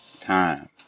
Time